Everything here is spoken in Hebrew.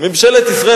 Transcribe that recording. ממשלת ישראל.